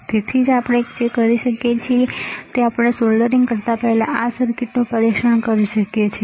તેથી જ આપણે જે કરી શકીએ છીએ તે આપણે સોલ્ડરિંગ કરતા પહેલા આ સર્કિટનું પરીક્ષણ કરી શકીએ છીએ